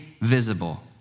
visible